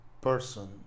person